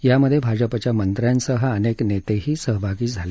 यामध्ये भाजपाच्या मंत्र्यांसह अनेक नेतेही सहभागी झाले